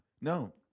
No